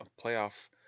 playoff